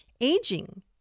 aging